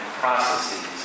processes